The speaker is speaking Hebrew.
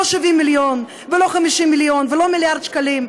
לא 70 מיליון ולא 50 מיליון ולא מיליארד שקלים.